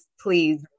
please